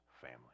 family